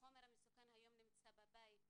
החומר המסוכן היום נמצא בבית,